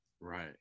right